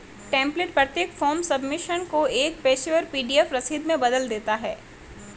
template प्रत्येक form submission को एक पेशेवर पी.डी.एफ रसीद में बदल देता है